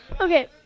okay